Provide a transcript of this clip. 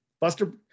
Buster